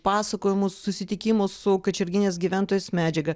pasakojimus susitikimų su kačerginės gyventojais medžiagą